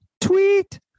tweet